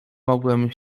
mogłem